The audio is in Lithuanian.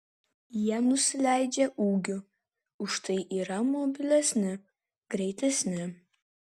jie nusileidžia ūgiu užtai yra mobilesni greitesni